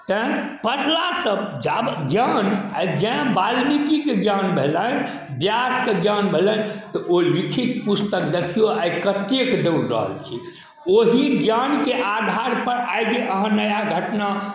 तैं पढ़ला सऽ जाबै ज्ञान आइ जॅं बाल्मिकीके ज्ञान भेलनि ब्यासके ज्ञान भेलनि तऽ ओ लिखित पुस्तक देखियौ आइ कतेक दौड़ रहल छै ओहि ज्ञानके आधार पर आइ जे अहाँ नया घटना